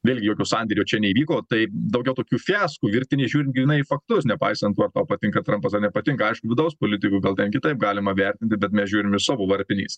vėlgi jokio sandėrio čia neįvyko taip daugiau tokių fiaskų virtinė žiūrint tiktai į faktus nepaisant to ar tau patinka trampas nepatinka aišku vidaus politikoj gal ten kitaip galima be bet mes žiūrim iš savo varpinės